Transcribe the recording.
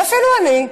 ואפילו אני,